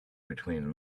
between